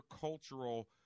cultural